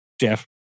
jeff